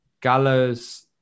Gallows